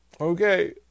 Okay